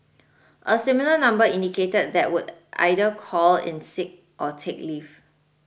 a similar number indicated that would either call in sick or take leave